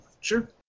Sure